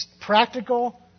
practical